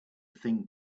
thing